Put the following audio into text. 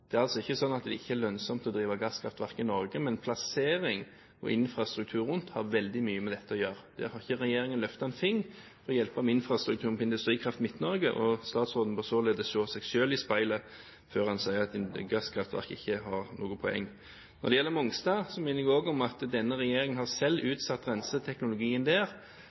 Det er altså ikke slik at det ikke er lønnsomt å drive gasskraftverk i Norge, men plassering og infrastruktur rundt har veldig mye med dette å gjøre. Regjeringen har ikke løftet en finger for å hjelpe til med infrastrukturen i Industrikraft Midt-Norge. Statsråden bør således se seg selv i speilet før han sier at gasskraftverk ikke har noe poeng. Når det gjelder Mongstad, minner jeg om at denne regjeringen selv har utsatt renseteknologien der.